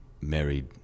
married